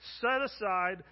set-aside